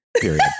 period